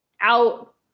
out